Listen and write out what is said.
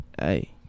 hey